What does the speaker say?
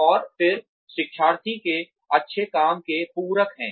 और फिर शिक्षार्थी के अच्छे काम के पूरक हैं